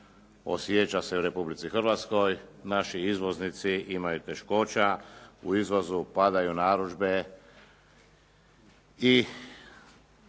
osjeća se u Republici Hrvatskoj. Naši izvoznici imaju teškoća, u izvozu opadaju narudžbe i